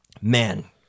man